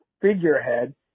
figurehead